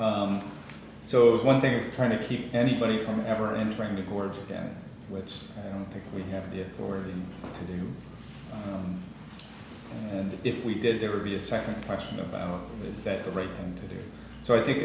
was one thing trying to keep anybody from ever entering the words again which i think we have the authority to do and if we did there would be a second question about is that the right thing to do so i think